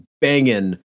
banging